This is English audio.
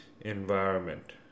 environment